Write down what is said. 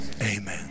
amen